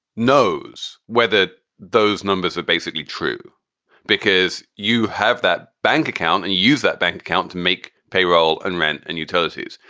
knows whether those numbers are basically true because you have that bank account and use that bank account to make payroll and rent and utilities.